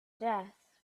death